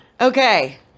Okay